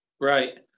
Right